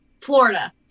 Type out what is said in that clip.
Florida